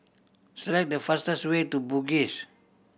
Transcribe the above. select the fastest way to Bugis